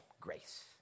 Grace